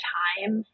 time